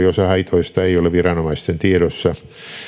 osa haitoista ei ole viranomaisten tiedossa